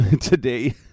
today